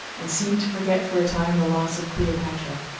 and seemed to forget for a time the loss of cleopatra.